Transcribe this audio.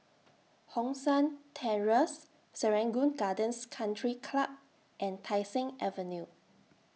Hong San Terrace Serangoon Gardens Country Club and Tai Seng Avenue